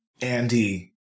Andy